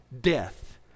death